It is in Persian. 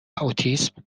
اوتیسم